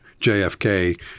JFK